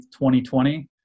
2020